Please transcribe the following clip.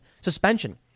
suspension